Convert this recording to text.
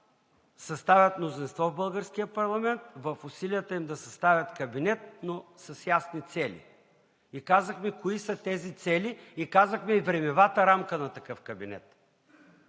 съставят мнозинство в българския парламент, в усилията им да съставят кабинет, но с ясни цели. Казахме кои са тези цели, казахме и времевата рамка на такъв кабинет.